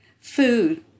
food